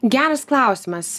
geras klausimas